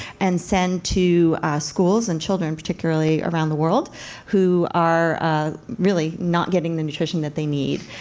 and send to schools and children, particularly around the world who are really not getting the nutrition that they need.